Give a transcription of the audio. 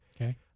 Okay